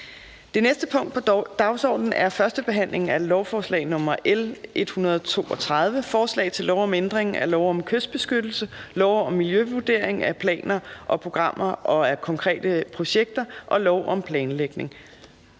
(Fremsættelse 20.02.2020). 3) 1. behandling af lovforslag nr. L 132: Forslag til lov om ændring af lov om kystbeskyttelse, lov om miljøvurdering af planer og programmer og af konkrete projekter (VVM) og lov om planlægning.